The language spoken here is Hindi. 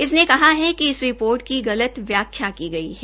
इसने कहा है कि इस रिपोर्ट की गलत व्याख्या की गई है